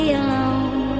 alone